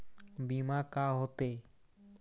बीमा का होते?